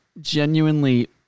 genuinely